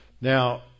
Now